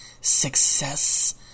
success